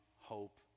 hope